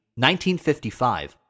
1955